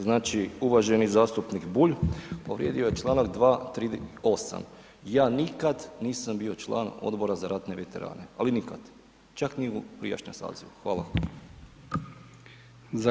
Znači uvaženi zastupnik Bulj povrijedio je čl. 238., ja nikad nisam bio član Odbora za ratne veterane ali nikad, čak ni u prijašnjem sazivu, hvala.